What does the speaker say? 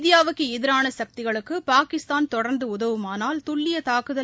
இந்தியாவுக்கு எதிரான சக்திகளுக்கு பாகிஸ்தான் தொடர்ந்து உதவுமானால் துல்லிய தாக்குதல்